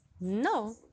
No